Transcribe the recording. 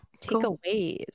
takeaways